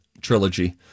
trilogy